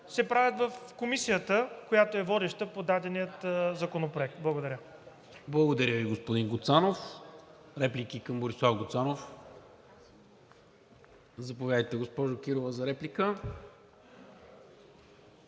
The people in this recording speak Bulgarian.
се правят в Комисията, която е водеща по дадения законопроект. Благодаря. ПРЕДСЕДАТЕЛ НИКОЛА МИНЧЕВ: Благодаря Ви, господин Гуцанов. Реплики към Борислав Гуцанов? Заповядайте, госпожо Кирова, за реплика.